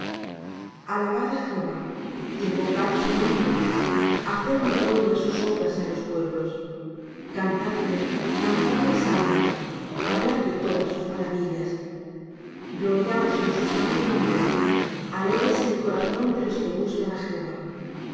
á jehová invocad su nombre haced notorias sus obras en los pueblos cantadle cantadle salmos hablad de todas sus maravillas gloriaos en su santo nombre alégrese el corazón de los que buscan á jehová